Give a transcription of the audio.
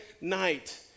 night